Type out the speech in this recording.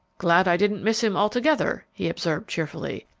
glad i didn't miss him altogether, he observed cheerfully.